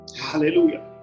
Hallelujah